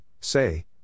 say